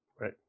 right